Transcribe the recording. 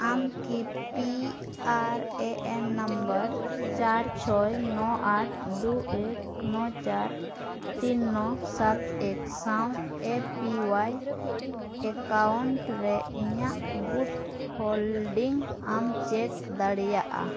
ᱟᱢᱠᱤ P R A N number ᱪᱟᱨ ᱪᱷᱚᱭ ᱱᱚ ᱟᱴ ᱫᱩ ᱮᱠ ᱱᱚ ᱪᱟᱨ ᱛᱤᱱ ᱱᱚ ᱥᱟᱛ ᱮᱠ ᱥᱟᱶ ᱮ ᱯᱤ ᱳᱣᱟᱭ ᱮᱠᱟᱣᱩᱱᱴ ᱨᱮ ᱤᱧᱟᱹᱜ ᱜᱩᱴ ᱦᱳᱞᱰᱤᱝ ᱟᱢ ᱪᱮᱠ ᱫᱟᱲᱮᱭᱟᱜᱼᱟ